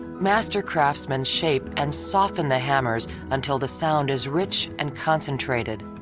master craftsmen shape and soften the hammers until the sound is rich and concentrated.